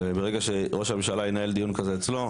וברגע שראש הממשלה ינהל דיון כזה אצלו,